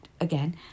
again